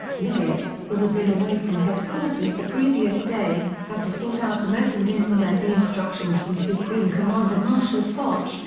liggett, who had been away from headquarters the previous day, had to sort out the mess and implement the instructions from supreme commander marshal foch,